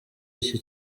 iki